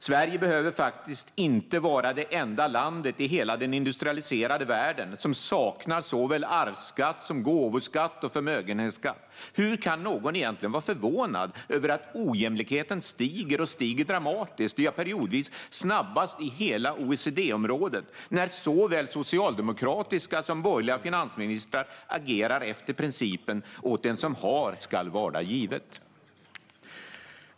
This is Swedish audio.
Sverige behöver faktiskt inte vara det enda land i hela den industrialiserade världen som saknar såväl arvsskatt som gåvoskatt och förmögenhetsskatt. Hur kan någon egentligen vara förvånad över att ojämlikheten stiger dramatiskt - ja, periodvis snabbast i hela OECD-området - när såväl socialdemokratiska som borgerliga finansministrar agerar efter principen åt den som har skall varda givet?